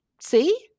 see